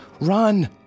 Run